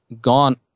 gone